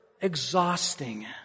Exhausting